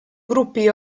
gruppi